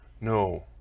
No